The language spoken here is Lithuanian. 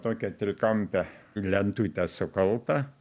tokia trikampė lentutė sukalta